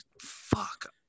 fuck